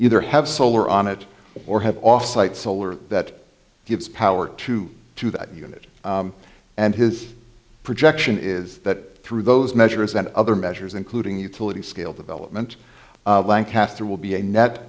either have solar on it or have off site solar that gives power to to that unit and his projection is that through those measures and other measures including utility scale development bank catherine will be a net